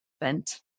bent